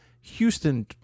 houston